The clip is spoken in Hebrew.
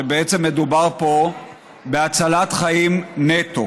שבעצם מדובר פה בהצלת חיים נטו,